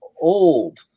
old